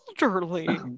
elderly